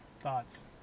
thoughts